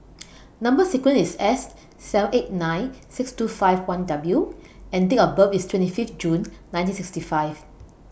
Number sequence IS S seven eight nine six two five one W and Date of birth IS twenty Fifth June nineteen sixty five